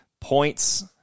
Points